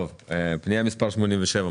מי בעד אישור פנייה מספר 87?